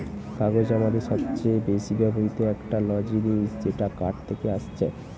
কাগজ আমাদের সবচে বেশি ব্যবহৃত একটা ল জিনিস যেটা কাঠ থেকে আসছে